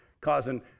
causing